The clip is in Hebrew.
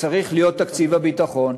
שצריך להיות תקציב הביטחון?